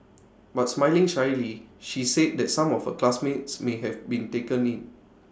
but smiling shyly she said that some of her classmates may have been taken in